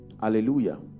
Hallelujah